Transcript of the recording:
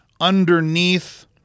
underneath